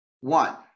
One